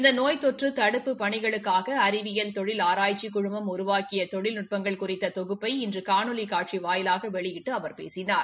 இந்த நோய் தொற்று தடுப்புப் பணிகளுக்காக அறிவியல் தொழில் ஆராய்ச்சிக் குழுமம் உருவாக்கிய தொழில்நுட்பங்கள் குறித்த தொகுப்பினை இன்று காணொலி காட்சி வாயிலாக வெளியட்டு அவர் பேசினார்